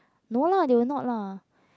no lah they will not lah